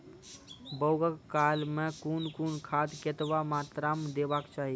बौगक काल मे कून कून खाद केतबा मात्राम देबाक चाही?